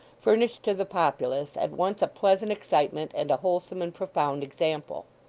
furnished to the populace, at once a pleasant excitement and a wholesome and profound example.